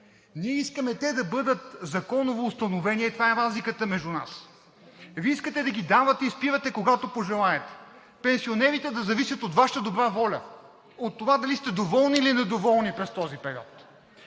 Ние искаме те да бъдат законово установени, това е разликата между нас. Вие искате да ги давате и спирате, когато пожелаете, пенсионерите да зависят от Вашата добра воля, от това дали сте доволни, или недоволни през този период.